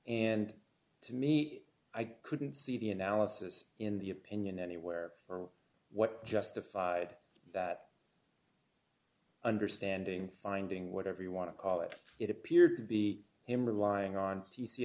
and to me i couldn't see the analysis in the opinion anywhere or what justified that understanding finding whatever you want to call it it appeared to be him relying on t c